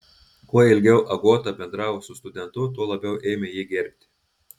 kuo ilgiau agota bendravo su studentu tuo labiau ėmė jį gerbti